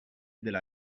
della